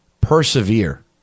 persevere